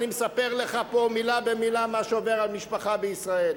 אני מספר לך פה מלה במלה מה שעובר על משפחה בישראל.